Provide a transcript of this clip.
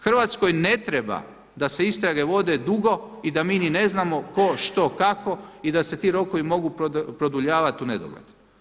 Hrvatskoj ne treba da se istrage vode dugo i da mi ni ne znamo tko, što, kako i da se ti rokovi mogu produljavati do u nedogled.